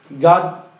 God